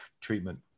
treatment